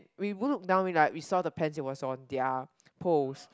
we look down we like we saw the pants it was on their poles